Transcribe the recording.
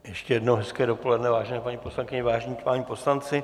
Ještě jednou hezké dopoledne, vážené paní poslankyně, vážení páni poslanci.